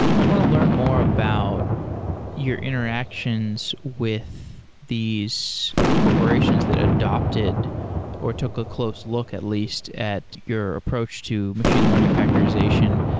i want to learn more about your interactions with these corporations that adapted or took a close look at least at your approach to machine learning factorization.